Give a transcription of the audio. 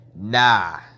nah